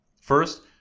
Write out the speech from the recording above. First